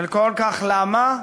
וכל כך למה?